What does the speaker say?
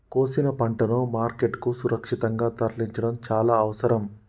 కోసిన పంటను మార్కెట్ కు సురక్షితంగా తరలించడం చాల అవసరం